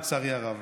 לצערי הרב,